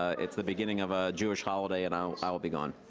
it's the beginning of a jewish holiday, and i i will be gone.